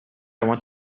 want